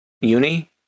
Uni